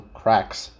cracks